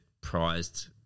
prized